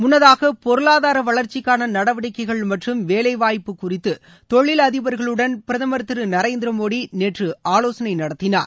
முன்னதாக பொருளாதார வளர்ச்சிக்கான நடவடிக்கைகள் மற்றும் வேலைவாய்ப்பு குறித்து தொழில் அதிபர்களுடன் பிரதமர் திரு நரேந்திர மோடி நேற்று ஆலோசனை நடத்தினார்